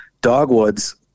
dogwoods